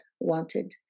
wanted